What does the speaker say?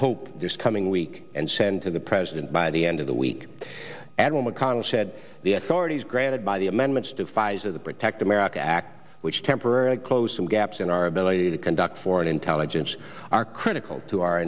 hope this coming week and send to the president by the end of the week admiral mcconnell said the authorities granted by the amendments to pfizer the protect america act which temporarily closed some gaps in our ability to conduct foreign intelligence are critical to our